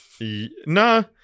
No